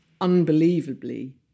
unbelievably